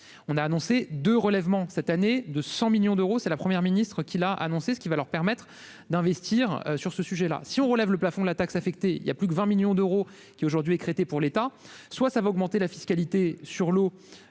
on a annoncé de relèvements cette année de 100 millions d'euros, c'est la première ministre qui l'a annoncé, ce qui va leur permettre d'investir sur ce sujet-là, si on relève le plafond de la taxe affectée, il y a plus de 20 millions d'euros qui aujourd'hui écrêter pour l'État, soit ça va augmenter la fiscalité sur l'eau